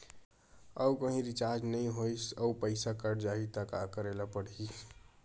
आऊ कहीं रिचार्ज नई होइस आऊ पईसा कत जहीं का करेला पढाही?